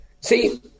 See